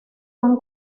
han